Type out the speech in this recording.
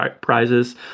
prizes